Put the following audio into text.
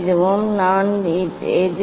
அது நடுவில் உள்ளது